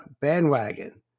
bandwagon